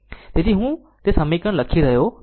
તેથી હું તે જ સમીકરણો લખી રહ્યો નથી